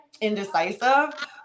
indecisive